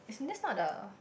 as it just not the